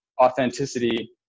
authenticity